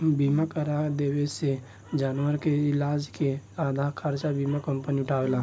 बीमा करा देवे से जानवर के इलाज के आधा खर्चा बीमा कंपनी उठावेला